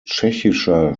tschechischer